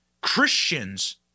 Christians